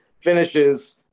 finishes